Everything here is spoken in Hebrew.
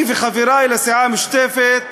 אני וחברי לסיעה המשותפת,